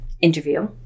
interview